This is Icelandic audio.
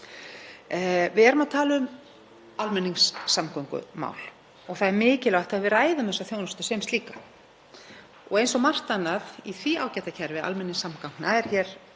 Við erum að tala um almenningssamgöngur og það er mikilvægt að við ræðum þessa þjónustu sem slíka. Eins og með margt annað í ágætu kerfi almenningssamgangna er rúm